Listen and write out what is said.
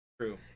True